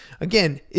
Again